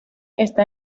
está